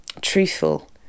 truthful